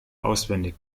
auswendig